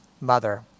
mother